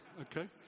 okay